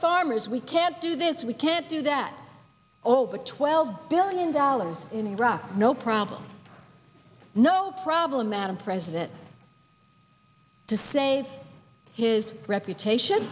farmers we can't do this we can't do that over twelve billion dollars in iraq no problem no problem madam president to say his reputation